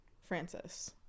francis